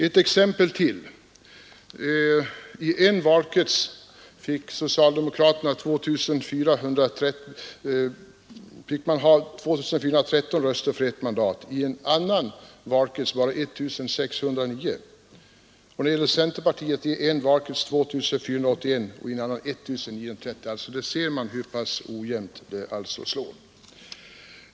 Ett exempel till: I en valkrets behövde socialdemokraterna ha 2 413 röster för ett mandat, i en annan valkrets bara 1 609 röster. Och när det gäller centerpartiet behövdes i en valkrets 2 481 röster och i en annan 1 930 röster. Där ser man hur ojämnt det slår.